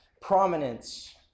prominence